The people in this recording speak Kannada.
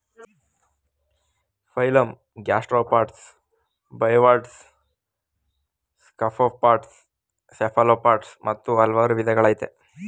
phylum gastropods bivalves scaphopods cephalopods ಮತ್ತು ಹಲ್ವಾರ್ ವಿದಗಳಯ್ತೆ